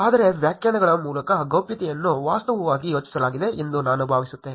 ಆದರೆ ವ್ಯಾಖ್ಯಾನಗಳ ಮೂಲಕ ಗೌಪ್ಯತೆಯನ್ನು ವಾಸ್ತವವಾಗಿ ಯೋಚಿಸಲಾಗಿದೆ ಎಂದು ನಾನು ಭಾವಿಸುತ್ತೇನೆ